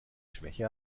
schwäche